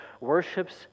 worships